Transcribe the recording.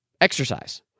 exercise